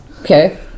Okay